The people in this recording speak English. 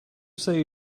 say